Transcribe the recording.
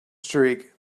streak